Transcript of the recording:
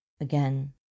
again